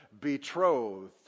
betrothed